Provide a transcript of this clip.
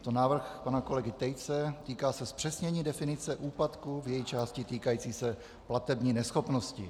Je to návrh pana kolegy Tejce, týká se zpřesnění definice úpadku v její části týkající se platební neschopnosti.